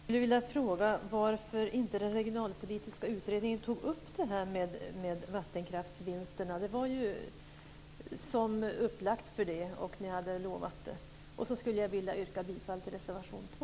Herr talman! Jag skulle vilja fråga varför den regionalpolitiska utredningen inte tog upp vattenkraftsvinsterna. Det var ju som upplagt för det, och ni hade lovat det. Så skulle jag vilja yrka bifall till reservation 2.